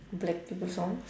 black people songs